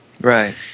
Right